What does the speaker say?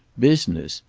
business!